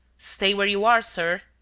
stay where you are, sir!